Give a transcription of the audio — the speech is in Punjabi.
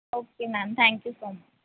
okay ma'am thank you so ਮ